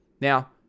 Now